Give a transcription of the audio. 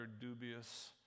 dubious